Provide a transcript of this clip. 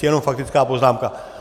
Jenom faktická poznámka.